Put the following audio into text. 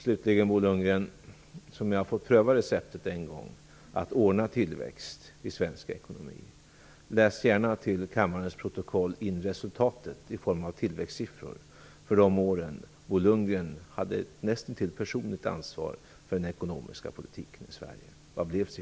Slutligen, Bo Lundgren, som ju har fått pröva sitt recept en gång på att ordna tillväxt i svensk ekonomi: Läs gärna in till kammarens protokoll resultatet i form av tillväxtsiffror för de år då Bo Lundgren hade nästintill personligt ansvar för den ekonomiska politiken i